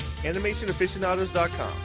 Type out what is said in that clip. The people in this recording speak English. animationaficionados.com